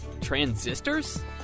transistors